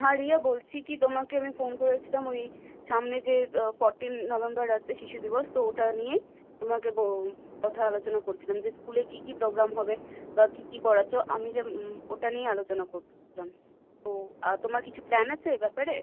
হ্যাঁ রিয়া বলছি কী তোমাকে আমি ফোন করেছিলাম ওই সামনে যে ফোর্টিনথ্ নভেম্বর আসছে শিশু দিবস তো ওটা নিয়েই তোমাকে বো কথা আলোচনা করছিলাম যে স্কুলে কী কী প্রোগ্রাম হবে বা কী কী করাচ্ছ আমি যে ওটা নিয়ে আলোচনা করছিলাম তো তোমার কিছু প্ল্যান আছে এ ব্যাপারে